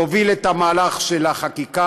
שהוביל את המהלך של החקיקה,